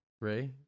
Ray